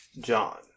John